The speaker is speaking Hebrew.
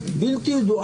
לא מעריך עוד שום דבר,